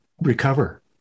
recover